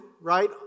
right